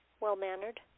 well-mannered